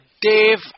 Dave